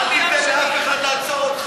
מה אתה לחוץ?